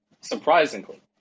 surprisingly